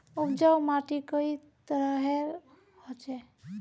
उपजाऊ माटी कई तरहेर होचए?